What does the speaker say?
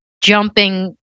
jumping